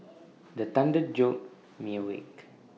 the thunder jolt me awake